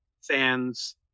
fans